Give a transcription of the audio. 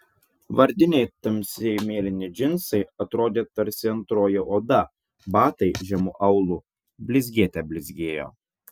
vardiniai tamsiai mėlyni džinsai atrodė tarsi antroji oda batai žemu aulu blizgėte blizgėjo